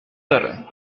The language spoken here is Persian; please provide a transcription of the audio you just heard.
داره